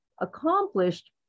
accomplished